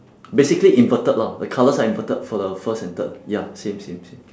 basically inverted lah the colours are inverted for the first and third ya same same same